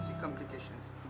complications